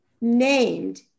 named